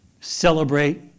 celebrate